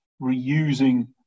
reusing